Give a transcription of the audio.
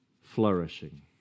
flourishing